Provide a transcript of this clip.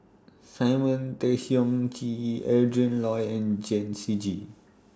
Simon Tay Seong Chee Adrin Loi and Chen Shiji